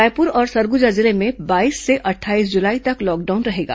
रायपुर और सरगुजा जिले में बाईस से अट्ठाईस जुलाई तक लॉकडाउन रहेगा